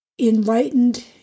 enlightened